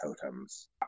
totems